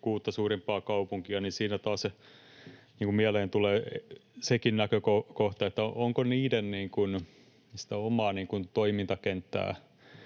kuutta suurinta kaupunkia, niin siinä taas mieleen tulee sekin näkökohta, onko niiden omaa toimintakenttää